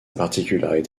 particularité